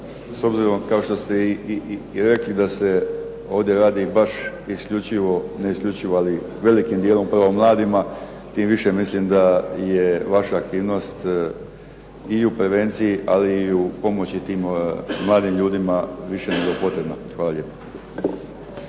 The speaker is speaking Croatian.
S obzirom kao što ste i rekli da se ovdje radi baš isključivo, ne isključivo ali velikim dijelom upravo o mladima. Tim više mislim da je vaša aktivnost i u prevenciji, ali i u pomoći tim mladim ljudima više nego potrebna. Hvala lijepa.